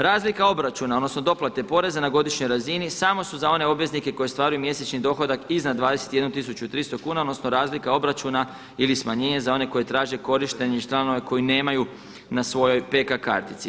Razlika obračuna, odnosno doplate poreza na godišnjoj razini samo su za one obveznike koji ostvaruju mjesečni dohodak iznad 21300 kuna, odnosno razlika obračuna ili smanjenje za one koji traže korištenje članova koji nemaju na svojoj PK kartici.